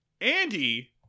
Andy